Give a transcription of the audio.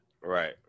Right